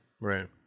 Right